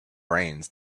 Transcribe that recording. brains